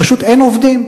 פשוט אין עובדים.